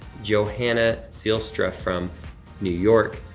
johanna sealstra from new york.